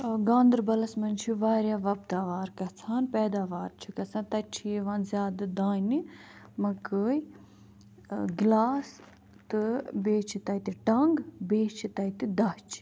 گاندربلس منٛز چھِ واریاہ وۄپداوان گژھان پیداوار چھِ گژھان تتہِ چھِ یِوان زیادٕ دانہِ مکٲے گلاس تہٕ بیٚیہِ چھِ تتہِ ٹنگ بیٚیہِ چھِ تتہِ دچھ